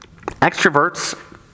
Extroverts